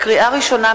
לקריאה ראשונה,